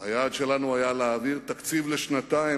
היעד שלנו היה להעביר תקציב לשנתיים,